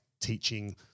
teaching